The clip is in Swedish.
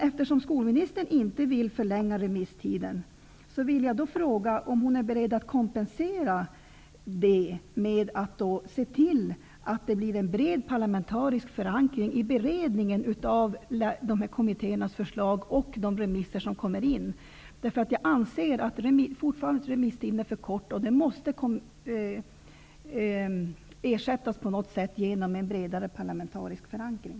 Eftersom skolministern inte vill förlänga remisstiden, vill jag fråga om hon är beredd att kompensera den korta remisstiden med att se till att det blir en bred parlamentarisk förankring i beredningen av kommittéernas förslag och de remisser som kommer in. Jag anser fortfarande att remisstiden är för kort, och det måste på något sätt kompenseras genom en bredare parlamentarisk förankring.